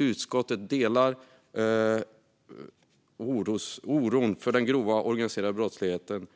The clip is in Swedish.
Utskottet delar också oron för den grova organiserade brottsligheten,